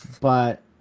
but-